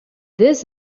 this